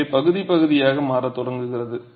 எனவே பகுதி பகுதியாக மாறத் தொடங்குகிறது